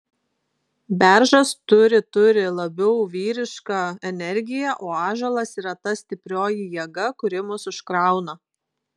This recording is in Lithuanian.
beržas turi turi labiau vyrišką energiją o ąžuolas yra ta stiprioji jėga kuri mus užkrauna